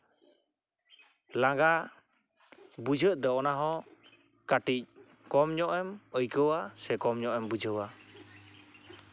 ᱞᱟᱸᱜᱟ ᱵᱩᱡᱷᱟᱹᱜ ᱫᱚ ᱚᱱᱟ ᱦᱚᱸ ᱠᱟᱹᱴᱤᱡ ᱠᱚᱢ ᱧᱚᱜ ᱮᱢ ᱟᱹᱭᱠᱟᱹᱣᱟ ᱥᱮ ᱠᱚᱢ ᱧᱚᱜ ᱮᱢ ᱵᱩᱡᱷᱟᱹᱣᱟ